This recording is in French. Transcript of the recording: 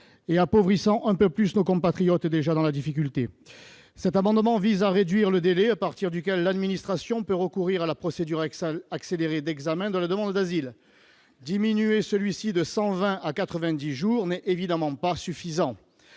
et appauvrissant davantage nos compatriotes déjà dans la difficulté. Cet amendement vise à réduire le délai à partir duquel l'administration peut recourir à la procédure accélérée d'examen de la demande d'asile. Diminuer celui-ci de 120 à 90 jours n'est évidemment pas suffisant.